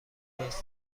نیست